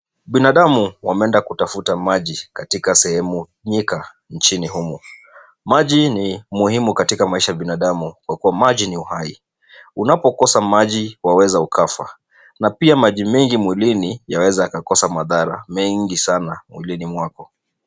Binadamu, wameenda kutafuta maji katika sehemu nyika nchini humu. Maji ni muhimu katika maisha ya binadamu, kwa kuwa maji ni uhai. Unapokosa maji, waweza ukafa. Na pia maji mengi mwilini yaweza yakakosa madhara, mengi sana, mwilini mwako.